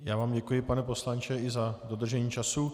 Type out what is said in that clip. Já vám děkuji, pane poslanče, i za dodržení času.